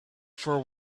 for